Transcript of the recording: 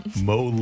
Mo